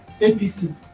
APC